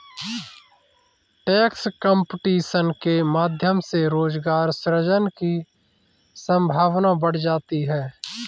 tax competition के माध्यम से रोजगार सृजन की संभावना बढ़ जाती है